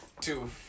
two